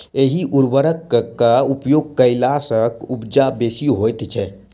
एहि उर्वरकक उपयोग कयला सॅ उपजा बेसी होइत छै